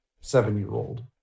seven-year-old